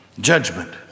Judgment